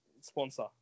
sponsor